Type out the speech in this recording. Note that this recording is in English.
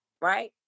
right